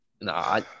Nah